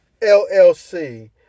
LLC